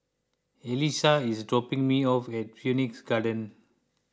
Elissa is dropping me off at Phoenix Garden